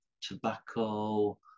tobacco